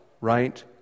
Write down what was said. right